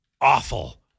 awful